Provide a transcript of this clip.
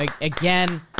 Again